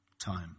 Time